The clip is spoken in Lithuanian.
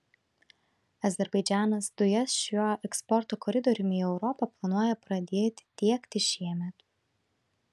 azerbaidžanas dujas šiuo eksporto koridoriumi į europą planuoja pradėti tiekti šiemet